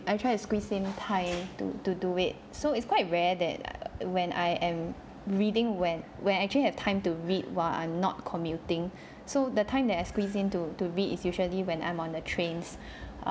I try to squeeze in time to to do it so it's quite rare that when I am reading when I actually have time to read while I'm not commuting so the time that I squeeze in to to read is usually when I'm on the trains